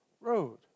road